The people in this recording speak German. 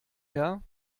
her